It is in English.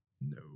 no